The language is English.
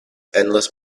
endless